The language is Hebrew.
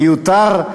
מיותר,